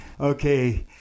okay